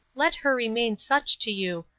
let her remain such to you,